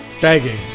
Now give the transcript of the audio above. begging